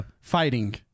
Fighting